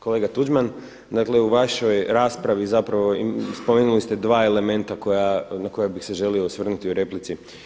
Kolega Tuđman dakle u vašoj raspravi zapravo spomenuli ste dva elementa na koja bih se želio osvrnuti u replici.